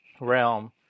realm